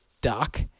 doc